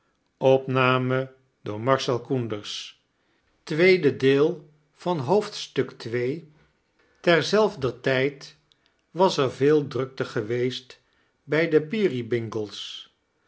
tlerzelfder tijd was er veel drukte geweest bijde peerybingle's want de